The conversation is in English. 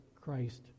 Christ